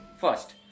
First